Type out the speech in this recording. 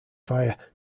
via